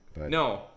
No